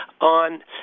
on